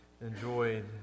enjoyed